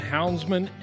Houndsman